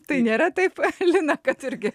tai nėra taip liūdna kad irgi